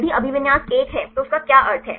यदि अभिविन्यास 1 है तो उसका क्या अर्थ है